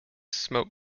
smoke